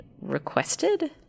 requested